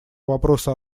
вопросу